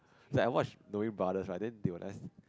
it's like I watch Knowing-Brothers right then they were leh